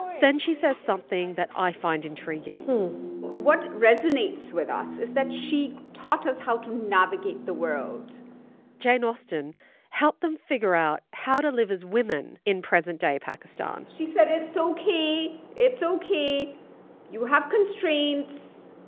then she says something that i find intriguing what resonates with us is that she taught us how to navigate the world jane austen helped them figure out how to live as women in present-day pakistan she said, it's ok it's ok you have constraints.